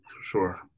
sure